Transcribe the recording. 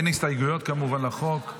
כמובן שאין הסתייגויות לחוק.